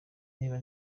niba